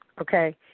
okay